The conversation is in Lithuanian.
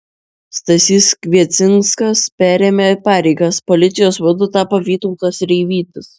stasys kviecinskas perėmė pareigas policijos vadu tapo vytautas reivytis